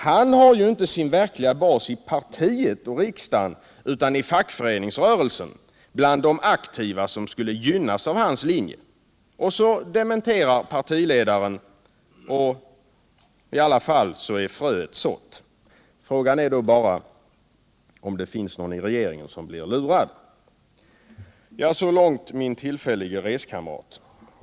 Han har inte sin verkliga bas i partiet och i riksdagen utan i fackföreningsrörelsen, bland de aktiva som skulle gynnas av hans linje. Och så dementerar partiledaren. Men ändå är fröet sått. Frågan är då bara om det finns någon i regeringen som blir lurad. Så långt min tillfällige reskamrat.